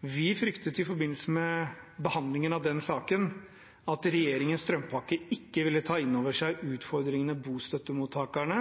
Vi fryktet i forbindelse med behandlingen av den saken at regjeringens strømpakke ikke ville ta inn over seg utfordringene bostøttemottakerne